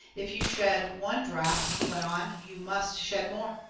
if you shed one drop, he went on, you must shed more.